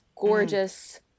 gorgeous